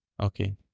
Okay